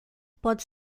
pode